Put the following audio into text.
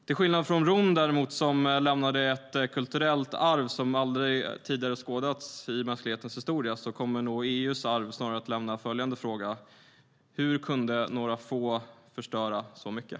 Till skillnad från Rom, som lämnade ett kulturellt arv som aldrig tidigare skådats i mänsklighetens historia, kommer nog EU:s arv att lämna följande fråga: Hur kunde några få förstöra så mycket?